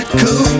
Cool